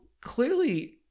clearly